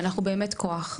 אנחנו באמת כוח.